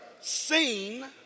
seen